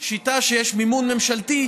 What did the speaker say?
או שיטה שיש בה מימון ממשלתי,